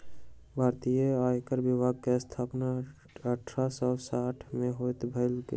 भारतीय आयकर विभाग के स्थापना अठारह सौ साइठ में भेल छल